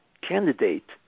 candidate